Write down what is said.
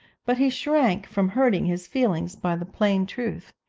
but he shrank from hurting his feelings by the plain truth.